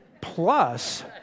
Plus